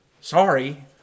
Sorry